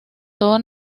todo